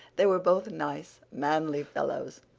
they were both nice, manly fellows,